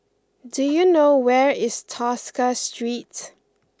do you know where is Tosca Street